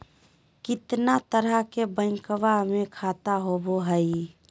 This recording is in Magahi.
कितना तरह के बैंकवा में खाता होव हई?